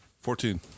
Fourteen